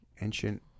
ancient